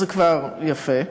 וזה כבר יפה,